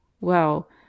well